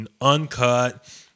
uncut